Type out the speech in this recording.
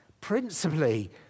principally